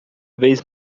vez